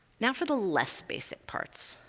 now for the less basic parts.